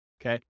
okay